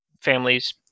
families